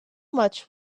much